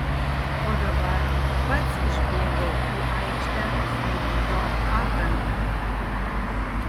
o dabar pats išbėgau į aikštę su ryto apranga